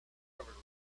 covered